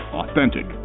authentic